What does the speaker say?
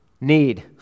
Need